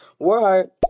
Warheart